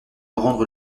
rendre